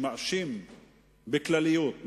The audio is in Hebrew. שמאשים בכלליות,